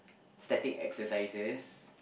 static exercises